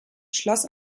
schloss